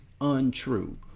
untrue